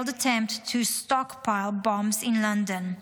failed attempt to stockpile bombs in London,